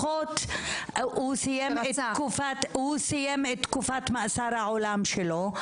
הוא סיים את תקופת מאסר העולם שלו.